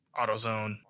AutoZone